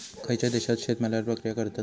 खयच्या देशात शेतमालावर प्रक्रिया करतत?